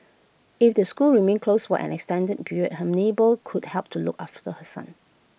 if the schools remain closed for an extended period her neighbour could help to look after the her son